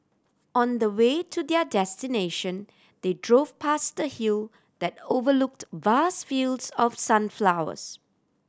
on the way to their destination they drove past the hill that overlooked vast fields of sunflowers